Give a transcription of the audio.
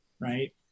right